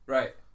Right